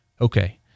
Okay